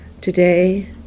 today